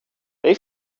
they